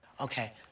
Okay